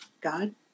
God